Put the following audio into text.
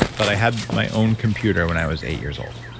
but i had my own computer when i was eight years old.